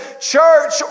church